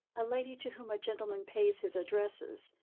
a lady to whom a gentleman pays his addresses,